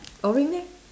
orange leh